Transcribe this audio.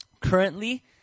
Currently